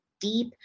deep